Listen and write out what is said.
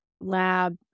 lab